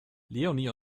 leonie